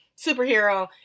superhero